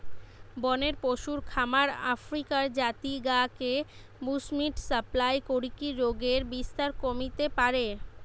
বনের পশুর খামার আফ্রিকার জাতি গা কে বুশ্মিট সাপ্লাই করিকি রোগের বিস্তার কমিতে পারে